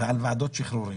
ועל ועדות שחרורים.